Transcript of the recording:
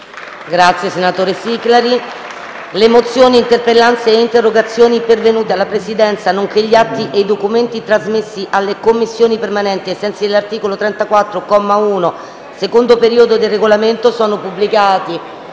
finestra"). Le mozioni, le interpellanze e le interrogazioni pervenute alla Presidenza, nonché gli atti e i documenti trasmessi alle Commissioni permanenti ai sensi dell'articolo 34, comma 1, secondo periodo, del Regolamento sono pubblicati